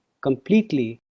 completely